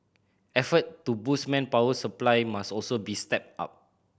effort to boost manpower supply must also be stepped up